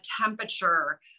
temperature